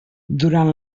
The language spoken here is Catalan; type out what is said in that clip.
durant